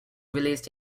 released